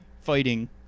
fighting